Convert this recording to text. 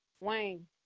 Wayne